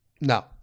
No